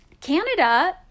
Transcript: canada